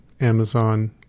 Amazon